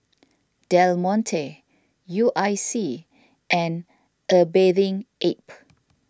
Del Monte U I C and A Bathing Ape